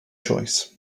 choice